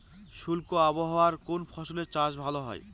শুষ্ক আবহাওয়ায় কোন ফসলের চাষ ভালো হয়?